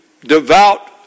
devout